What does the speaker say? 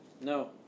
No